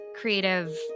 creative